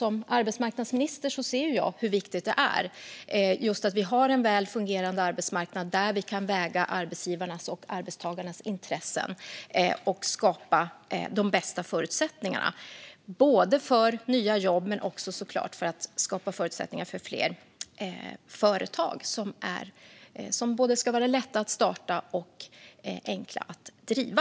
Som arbetsmarknadsminister ser jag hur viktigt det är att vi har en väl fungerande arbetsmarknad där vi kan väga arbetsgivarnas och arbetstagarnas intressen och skapa de bästa förutsättningarna för nya jobb och fler företag som ska vara både lätta att starta och enkla att driva.